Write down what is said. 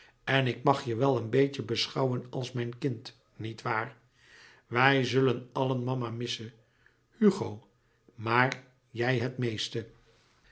en ik mag je wel een beetje beschouwen als mijn kind niet waar wij zullen allen mama missen hugo maar jij het meeste